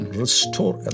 restore